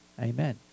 Amen